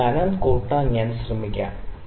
ഇതിന്റെ കനം കൂട്ടാൻ ഞാൻ ശ്രമിക്കാം